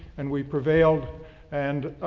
and we prevailed and,